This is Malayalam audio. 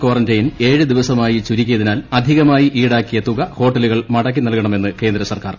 ക്വാറന്റൈൻ ഏഴ് ദിവസമായി ചുരുക്കിയതിനാൽ അധികമായി ഇൌടാക്കിയ തുക ഹോട്ടലുകൾ മടക്കിനൽകണമെന്ന് കേന്ദ്രസർക്കാർ